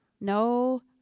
No